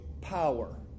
power